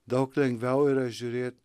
daug lengviau yra žiūrėt